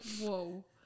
whoa